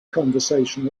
conversation